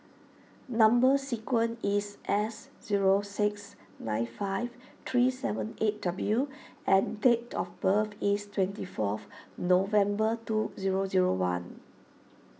Number Sequence is S zero six nine five three seven eight W and date of birth is twenty fourth November two zero zero one